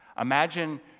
Imagine